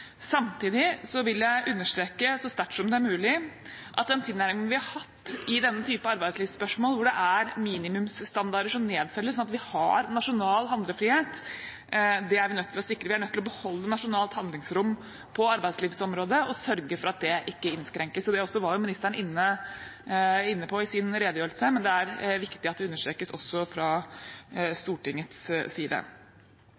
Samtidig vil jeg understreke så sterkt som det er mulig, at den tilnærmingen vi har hatt i denne typen arbeidslivsspørsmål, hvor det er minimumsstandarder som nedfelles, sånn at vi har nasjonal handlefrihet, er vi nødt til å sikre. Vi er nødt til å beholde et nasjonalt handlingsrom på arbeidslivsområdet og sørge for at det ikke innskrenkes. Det var også ministeren inne på i sin redegjørelse, men det er viktig at det understrekes også fra